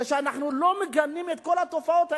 כשאנחנו לא מגנים את כל התופעות האלה,